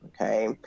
okay